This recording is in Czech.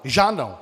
Žádnou.